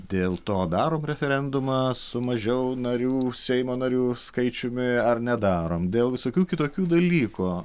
dėl to darom referendumą su mažiau narių seimo narių skaičiumi ar nedarom dėl visokių kitokių dalykų